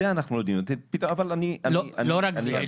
לא רק זה.